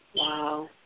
Wow